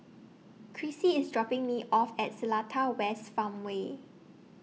Crissie IS dropping Me off At Seletar West Farmway